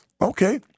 Okay